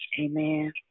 Amen